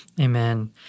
Amen